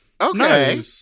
Okay